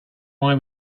why